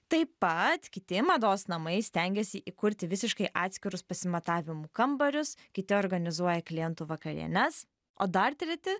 taip pat kiti mados namai stengiasi įkurti visiškai atskirus pasimatavimų kambarius kiti organizuoja klientų vakarienes o dar treti